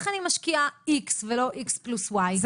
לכן היא משקיעה X ולא X פלוס Y,